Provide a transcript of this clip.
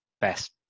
best